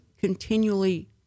continually